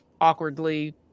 awkwardly